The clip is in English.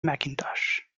mcintosh